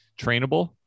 trainable